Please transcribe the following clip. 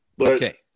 Okay